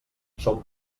són